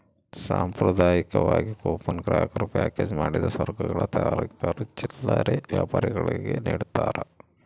ಸಾಂಪ್ರದಾಯಿಕವಾಗಿ ಕೂಪನ್ ಗ್ರಾಹಕ ಪ್ಯಾಕೇಜ್ ಮಾಡಿದ ಸರಕುಗಳ ತಯಾರಕರು ಚಿಲ್ಲರೆ ವ್ಯಾಪಾರಿಗುಳ್ಗೆ ನಿಡ್ತಾರ